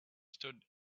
stood